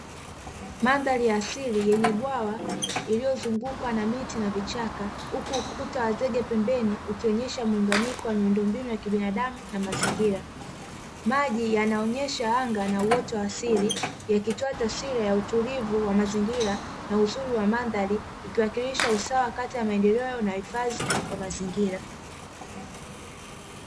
Mandhari ya asili yenye bwawa iliyozungukwa na miti na vichaka, huku ukuta wa zege pembeni, ukionyesha muunganiko wa miundo mbinu ya kibinadamu na mazingira. Maji yanaonyesha anga na uoto wa asili, yakitoa taswira ya utulivu wa mazingira na uzuri wa mandhari, ikiwakilisha usawa kati ya maendeleo na uhifadhi wa mazingira.